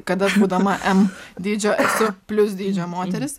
kad aš būdama m dydžio esu plius dydžio moteris